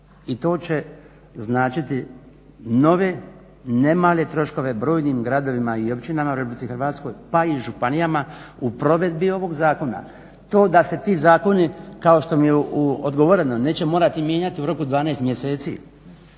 I to će značiti nove ne male troškove brojnim gradovima i općinama u Republici Hrvatskoj pa i županijama u provedbi ovoga zakona. To da se ti zakoni kao što mi je odgovoreno neće morati mijenjati u roku od 12 mjeseci,